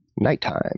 Nighttime